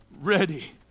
ready